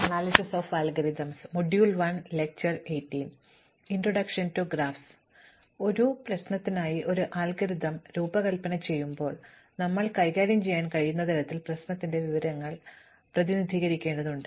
അതിനാൽ ഒരു പ്രശ്നത്തിനായി ഞങ്ങൾ ഒരു അൽഗോരിതം രൂപകൽപ്പന ചെയ്യുമ്പോൾ ഞങ്ങൾക്ക് കൈകാര്യം ചെയ്യാൻ കഴിയുന്ന തരത്തിൽ പ്രശ്നത്തിന്റെ വിവരങ്ങൾ പ്രതിനിധീകരിക്കേണ്ടതുണ്ട്